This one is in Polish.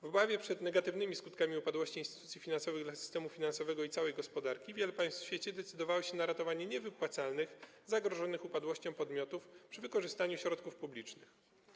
W obawie przed negatywnymi skutkami upadłości instytucji finansowych dla systemu finansowego i całej gospodarki wiele państw na świecie decydowało się na ratowanie niewypłacalnych, zagrożonych upadłością podmiotów przy wykorzystaniu środków publicznych.